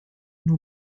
nur